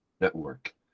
network